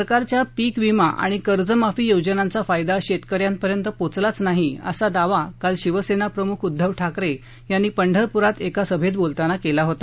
सरकारच्या पीक विमा आणि कर्जमाफी योजनांचा फायदा शेतक यांपर्यंत पोचला नाही असा दावा काल शिवसेनाप्रमुख उध्दव ठाकरे यांनी पंढरपुरातल्या एका सभेत बोलताना केला होता